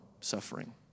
suffering